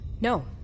No